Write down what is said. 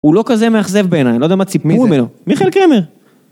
הוא לא כזה מאכזב בעיניי, לא יודע מה ציפו ממנו. מי אומר? מיכאל קרמר!